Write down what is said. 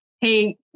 hey